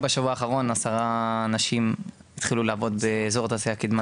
רק בשבוע האחרון עשרה אנשים התחילו לעבודה באזור תעשייה קדמת הגליל.